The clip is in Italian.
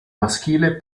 maschile